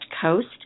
Coast